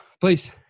please